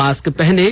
mask पहनें